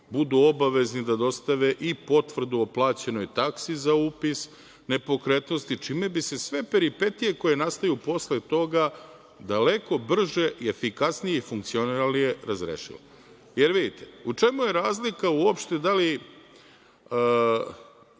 budu obavezni da dostave i potvrdu o plaćenoj taksi za upis nepokretnosti čime bi se sve peripetije koje nastaju posle toga daleko brže i efikasnije i funkcionalnije razrešile. Vidite, u čemu je razlika u opšte da li